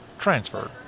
transferred